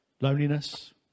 Loneliness